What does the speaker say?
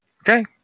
Okay